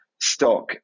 stock